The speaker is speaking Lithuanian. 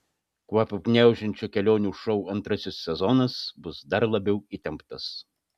kvapą gniaužiančio kelionių šou antrasis sezonas bus dar labiau įtemptas